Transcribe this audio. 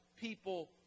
people